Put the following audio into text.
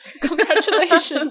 congratulations